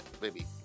baby